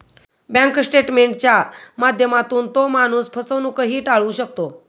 bank स्टेटमेंटच्या माध्यमातून तो माणूस फसवणूकही टाळू शकतो